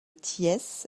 thiès